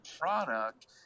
product